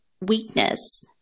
weakness